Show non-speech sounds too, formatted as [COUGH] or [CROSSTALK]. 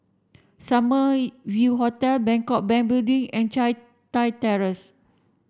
Summer [UNINTELLIGIBLE] View Hotel Bangkok Bank Building and Teck Chye Terrace